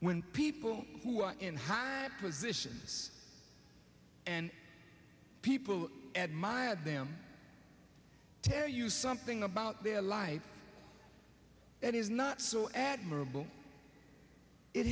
when people who are in hand positions and people who admire them tell you something about their life it is not so admirable it